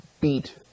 beat